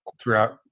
throughout